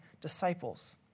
disciples